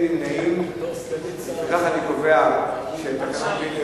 הצעת ועדת הכנסת להוספת פרק שלישי בחלק